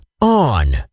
On